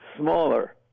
smaller